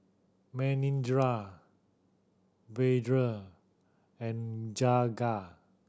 Manindra Vedre and Jagat